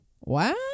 Wow